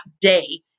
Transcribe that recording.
day